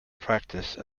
practice